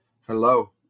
Hello